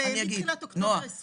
מתחילת אוקטובר 2020?